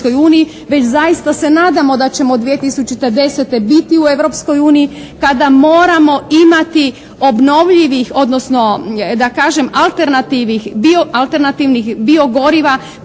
već zaista se nadamo da ćemo 2010. biti u Europskoj uniji kada moramo imati obnovljivih, odnosno da kažem alternativnih, dio alternativnih